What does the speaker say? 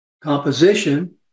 composition